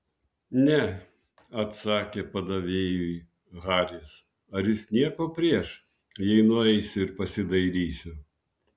ne atsakė padavėjui haris ar jūs nieko prieš jei nueisiu ir pasidairysiu